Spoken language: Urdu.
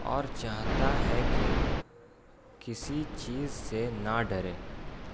اور چاہتا ہے کہ کسی چیز سے نہ ڈرے